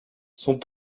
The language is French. sont